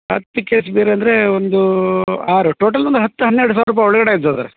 ಹತ್ತು case beer ಅಂದರೆ ಒಂದೂ ಆರು ಟೋಟಲ್ ಒಂದು ಹತ್ತು ಹನ್ನೆರಡು ಸಾವಿರ ರುಪಾಯ್ ಒಳಗಡೆ ಆಗ್ತದೆ